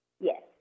Yes